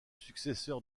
successeur